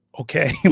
Okay